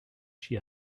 she